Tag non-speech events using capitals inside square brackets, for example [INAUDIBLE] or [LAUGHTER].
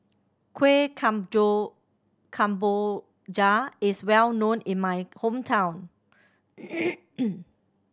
kuih [UNINTELLIGIBLE] kemboja is well known in my hometown [NOISE]